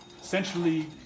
essentially